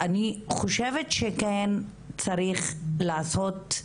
אני חושבת שכן צריך לעשות